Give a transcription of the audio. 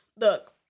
Look